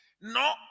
No